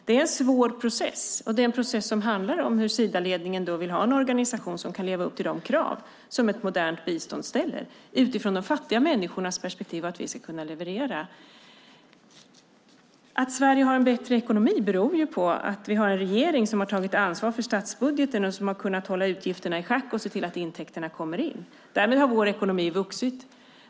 Det är en svår process som handlar om hur Sidaledningen vill ha en organisation som kan leva upp till de krav som ett modernt bistånd ställer utifrån de fattiga människornas perspektiv att vi ska kunna leverera. Att Sverige har en bättre ekonomi beror ju på att vi har en regering som har tagit ansvar för statsbudgeten och som har kunnat hålla utgifterna i schack och se till att intäkterna kommer in. Därmed har vår ekonomi vuxit.